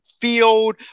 field